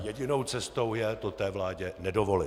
Jedinou cestou je to té vládě nedovolit.